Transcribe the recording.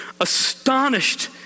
astonished